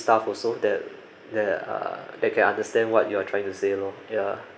staff also that that are that can understand what you are trying to say lor ya